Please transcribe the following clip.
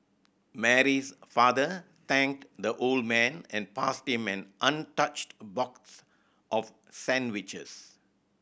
Mary's father thanked the old man and passed him an untouched box of sandwiches